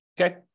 Okay